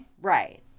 Right